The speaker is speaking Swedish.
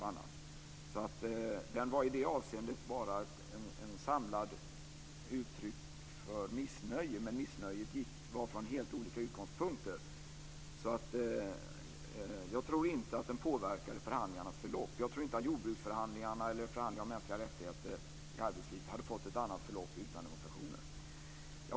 Demonstrationerna var i det avseendet bara ett samlat uttryck för missnöje, men man var missnöjd från helt olika utgångspunkter. Jag tror inte att de påverkade förhandlingarnas förlopp. Jag tror inte att jordbruksförhandlingarna eller förhandlingarna om mänskliga rättigheter i arbetslivet hade fått ett annat förlopp utan demonstrationer.